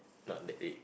not that rich